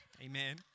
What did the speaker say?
Amen